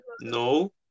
No